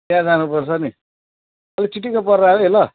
त्यहाँ जानुपर्छ नि अलिक चिटिक्कै परेर आऊ न ल